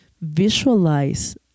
visualize